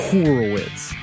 Horowitz